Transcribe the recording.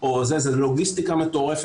זו לוגיסטיקה מטורפת,